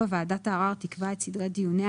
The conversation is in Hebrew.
(4) ועדת הערר תקבע את סדרי דיוניה,